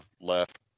left